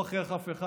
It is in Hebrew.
אני לא מכריח אף אחד.